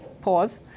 pause